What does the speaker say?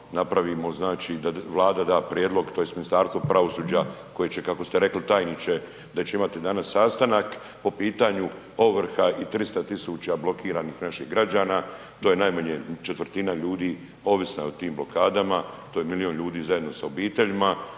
napravimo, da Vlada da prijedlog tj. Ministarstvo pravosuđa koje će kako ste rekli tajniče da će imati danas sastanak po pitanju ovrha i 300.000 blokiranih naših građana, to je najmanje četvrtina ljudi ovisna je o tim blokadama, to je milijun ljudi zajedno sa obiteljima,